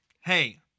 Hey